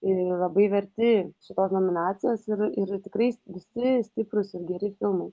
ir labai verti šitos nominacijos ir ir tikrai visi stiprūs ir geri filmai